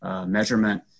measurement